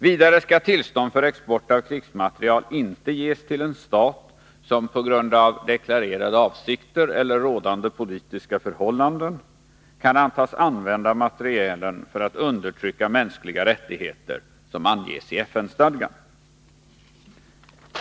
Vidare skall tillstånd för export av krigsmateriel inte ges till en stat som på grund av deklarerade avsikter eller rådande politiska förhållanden kan antas använda materielen för att undertrycka mänskliga rättigheter som anges i FN-stadgan.